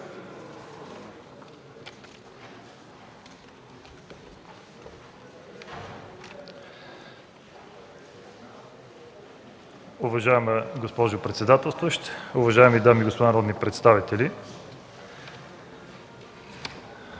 Уважаема госпожо председателстващ, уважаеми дами и господа народни представители!